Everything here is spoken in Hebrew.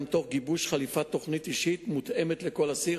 תוך גיבוש "חליפת" תוכנית אישית מותאמת לכל אסיר,